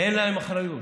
אין להם אחריות.